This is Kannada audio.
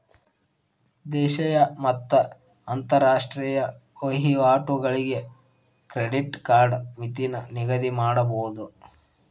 ದೇಶೇಯ ಮತ್ತ ಅಂತರಾಷ್ಟ್ರೇಯ ವಹಿವಾಟುಗಳಿಗೆ ಕ್ರೆಡಿಟ್ ಕಾರ್ಡ್ ಮಿತಿನ ನಿಗದಿಮಾಡಬೋದು